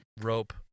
rope